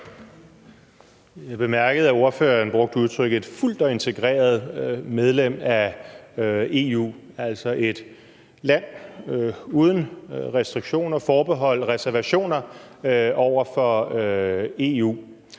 Jeg bemærkede, at ordføreren brugte udtrykket fuldt integreret medlem af EU, altså et land uden restriktioner, forbehold eller reservationer over for EU.